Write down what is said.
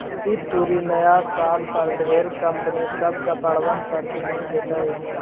ई तुरी नया साल पर ढेर कंपनी सब कपड़बन पर छूट देतई